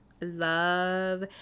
love